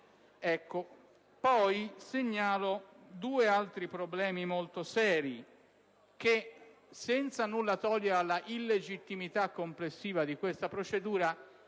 caso. Segnalo due altri problemi molto seri che, senza nulla togliere all'illegittimità complessiva di tale procedura,